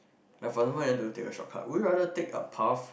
like furthermore you want to take a shortcut would you rather take a path